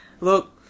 Look